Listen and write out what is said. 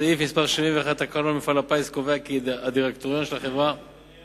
סעיף 71 לתקנון מפעל הפיס קובע כי הדירקטוריון של החברה